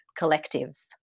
collectives